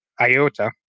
iota